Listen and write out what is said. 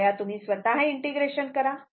कृपया तुम्ही स्वतः इंटिग्रेशन करा